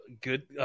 Good